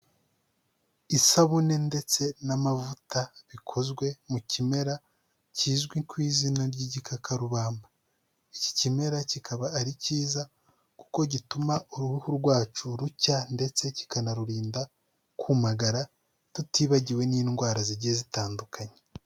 Isabune ndetse n'amavuta bikozwe mu kimera kizwi ku izina ry'igikakarubamba. Iki kimera kikaba ari cyiza kuko gituma uruhu rwacu rucya ndetse kikanarurinda kumagara, tutibagiwe n'indwara zigiye zitandukanye.